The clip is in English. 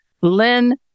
Lynn